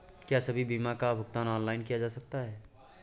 क्या सभी बीमा का भुगतान ऑनलाइन किया जा सकता है?